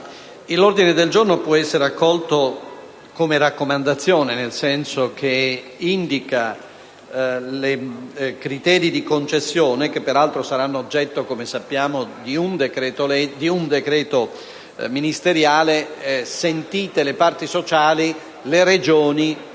l'ordine del giorno G4.20 può essere accolto come raccomandazione poiché indica i criteri di concessione che, peraltro, saranno oggetto di un decreto ministeriale, sentite le parti sociali, le Regioni